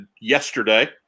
yesterday